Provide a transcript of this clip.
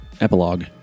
epilogue